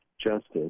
justice